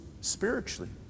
spiritually